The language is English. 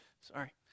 Sorry